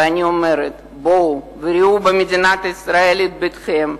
ואני אומרת: בואו וראו במדינת ישראל את ביתכם.